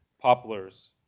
poplars